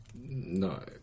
No